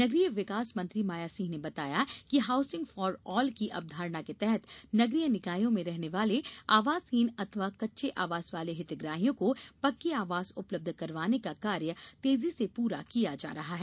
नगरीय विकास मंत्री माया सिंह ने बताया कि हाउसिंग फॉर ऑल की अवधारणा के तहत नगरीय निकायों में रहने वाले आवासहीन अथवा कच्चे आवास वाले हितग्राहियों को पक्के आवास उपलब्ध करवाने का कार्य तेजी से पूरा किया जा रहा है